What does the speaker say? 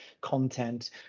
content